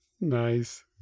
Nice